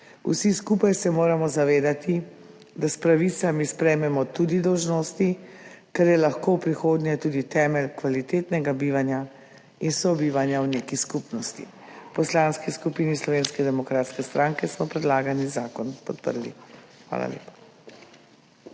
Vsi skupaj se moramo zavedati, da s pravicami sprejmemo tudi dolžnosti, kar je lahko v prihodnje tudi temelj kvalitetnega bivanja in sobivanja v neki skupnosti. V Poslanski skupini Slovenske demokratske stranke smo predlagani zakon podprli. Hvala lepa.